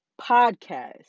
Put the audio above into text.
podcast